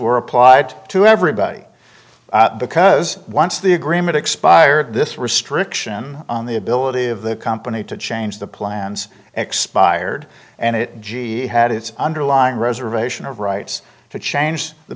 were applied to everybody because once the agreement expired this restriction on the ability of the company to change the plans expired and it g had its underlying reservation of rights to change the